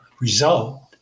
result